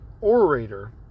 orator